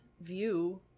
view